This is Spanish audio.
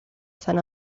san